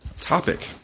topic